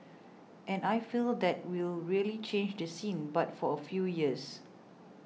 and I feel that will really change the scene but for a few years